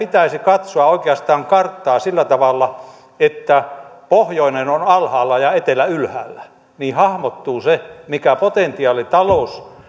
pitäisi katsoa oikeastaan karttaa sillä tavalla että pohjoinen on alhaalla ja etelä ylhäällä niin hahmottuu se mikä potentiaali